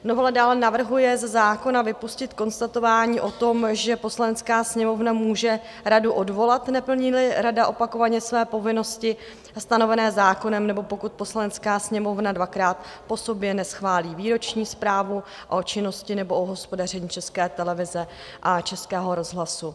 Novela dále navrhuje ze zákona vypustit konstatování o tom, že Poslanecká sněmovna může radu odvolat, neplníli rada opakovaně své povinnosti stanovené zákonem, nebo pokud Poslanecká sněmovna dvakrát po sobě neschválí výroční zprávu o činnosti nebo o hospodaření České televize a Českého rozhlasu.